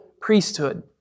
priesthood